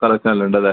സെലക്ഷനെല്ലാം ഉണ്ടല്ലേ